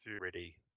ready